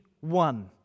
one